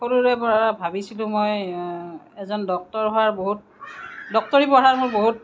সৰুৰে পৰা ভাবিছিলোঁ মই এজন ডক্টৰ হোৱাৰ বহুত ডক্টৰী পঢ়াৰ মোৰ বহুত